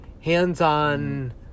hands-on